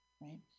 right